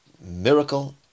miracle